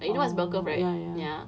oh ya ya